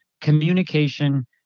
communication